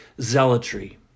zealotry